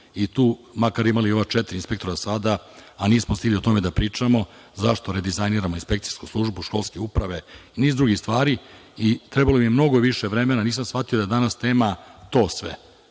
i tu, makar imali ova četiri inspektora sada, a nismo stigli o tome da pričamo zašto redizajniramo inspekcijsku službu školske uprave, niz drugih stvari i trebalo bi mnogo više vremena. Nisam shvatio da danas nema to sve.